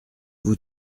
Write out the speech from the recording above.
vous